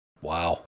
Wow